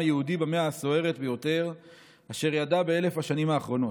היהודי במאה הסוערת ביותר אשר ידע ב-1,000 השנים האחרונות,